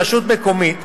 רשות מקומית,